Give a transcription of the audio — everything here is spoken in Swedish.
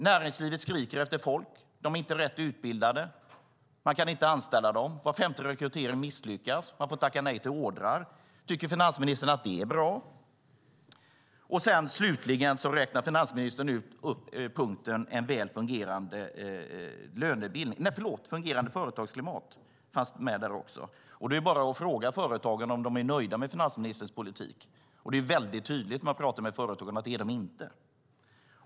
Näringslivet skriker efter folk, men de är inte rätt utbildade och kan inte anställas. Var femte rekrytering misslyckas. Man får tacka nej till order. Tycker finansministern att det är bra? Finansministern räknar också upp fungerande företagsklimat. Det är bara att fråga företagen om de är nöjda med finansministerns politik, och när man talar med företagen är det tydligt att det är de inte.